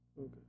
Okay